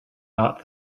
not